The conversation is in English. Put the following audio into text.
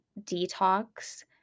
detox